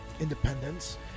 independence